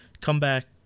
comeback